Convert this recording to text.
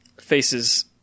faces